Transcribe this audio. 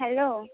hello